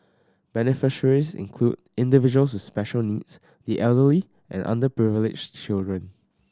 beneficiaries included individuals with special needs the elderly and underprivileged children